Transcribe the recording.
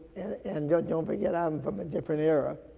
and, and don't forget i'm from a different era.